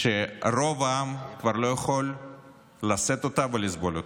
שרוב העם כבר לא יכול לשאת אותה ולסבול אותה.